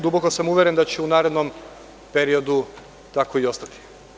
Duboko sam uveren da će i u narednom periodu tako i ostati.